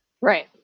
Right